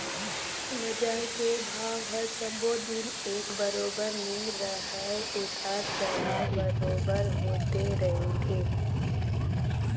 बजार के भाव ह सब्बो दिन एक बरोबर नइ रहय उतार चढ़ाव बरोबर होते रहिथे